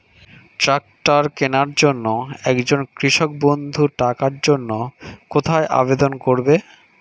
Tractor কিনার জন্য একজন কৃষক বন্ধু টাকার জন্য কোথায় আবেদন করবে?